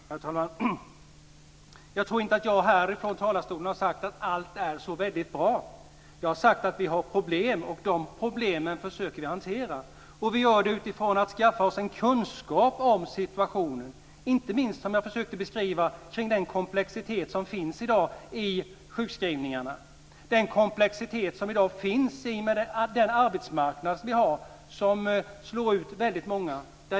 Herr talman! Jag tror inte att jag här från talarstolen har sagt att allt är så väldigt bra. Jag har sagt att vi har problem, och de problemen försöker vi att hantera. Vi gör det genom att skaffa oss en kunskap om situationen, inte minst kring den komplexitet som finns i dag i sjukskrivningarna och den komplexitet som finns i arbetsmarknaden som slår ut många.